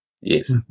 Yes